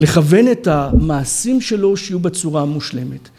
‫לכוון את המעשים שלו ‫שיהיו בצורה מושלמת.